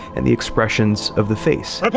and the expressions of the face.